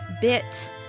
bit